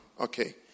Okay